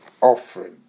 offering